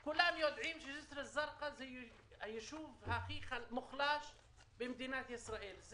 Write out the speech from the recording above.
כולם יודעים שזה היישוב הכי מוחלש במדינת ישראל.